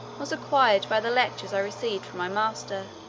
was acquired by the lectures i received from my master,